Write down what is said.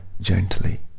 gently